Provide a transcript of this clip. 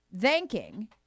thanking